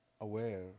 aware